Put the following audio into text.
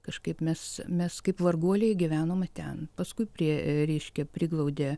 kažkaip mes mes kaip varguoliai gyvenome ten paskui prie reiškia priglaudė